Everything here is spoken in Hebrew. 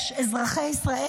אזרחי ישראל,